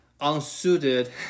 unsuited